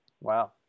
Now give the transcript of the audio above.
wow